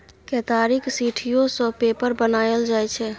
केतारीक सिट्ठीयो सँ पेपर बनाएल जाइ छै